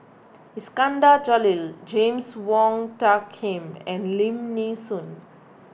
Iskandar Jalil James Wong Tuck Yim and Lim Nee Soon